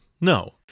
No